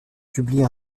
publie